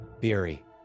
Beery